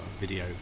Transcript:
video